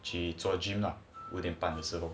去做 gym lah 五点半的时候